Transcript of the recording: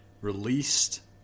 released